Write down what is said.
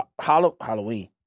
Halloween